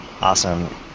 Awesome